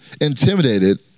intimidated